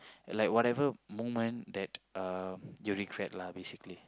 like whatever moment that uh you regret lah basically